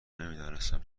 نمیدانستم